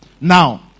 Now